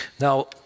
now